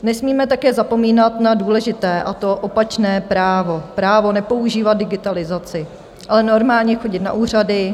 Nesmíme také zapomínat na důležité, a to opačné právo právo nepoužívat digitalizaci, ale normálně chodit na úřady.